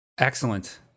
Excellent